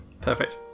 Perfect